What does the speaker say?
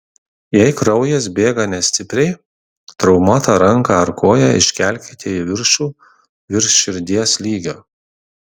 jei kraujas bėga nestipriai traumuotą ranką ar koją iškelkite į viršų virš širdies lygio